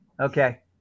Okay